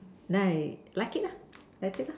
then I like it that's it